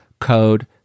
code